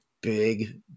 big